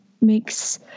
makes